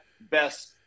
best